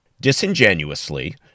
Disingenuously